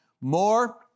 more